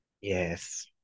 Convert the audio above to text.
Yes